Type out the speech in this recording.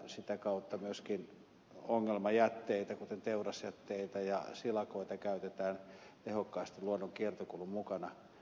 sitä kautta myöskin ongelmajätteitä kuten teurasjätteitä ja silakoita käytetään tehokkaasti luonnon kiertokulun mukana